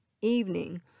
evening